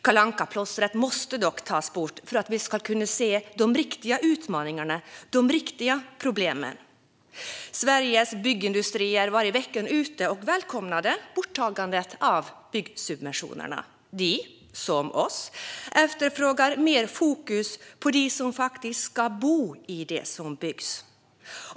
Kalle Anka-plåstret måste dock tas bort för att vi ska kunna se de riktiga utmaningarna och de riktiga problemen. Sveriges Byggindustrier var i veckan ute och välkomnade borttagandet av byggsubventionerna. De efterfrågar, liksom oss, mer fokus på dem som faktiskt ska bo i det som byggs.